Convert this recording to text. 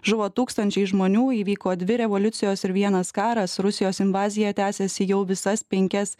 žuvo tūkstančiai žmonių įvyko dvi revoliucijos ir vienas karas rusijos invazija tęsiasi jau visas penkias